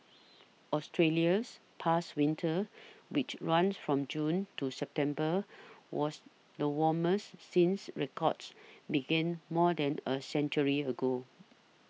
Australia's past winter which runs from June to September was the warmest since records began more than a century ago